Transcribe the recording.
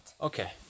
Okay